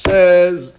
Says